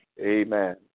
Amen